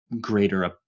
greater